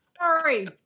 sorry